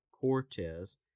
Cortez